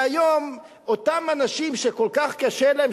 והיום אותם אנשים שכל כך קשה להם,